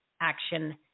Action